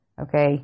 Okay